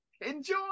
Enjoy